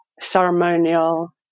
ceremonial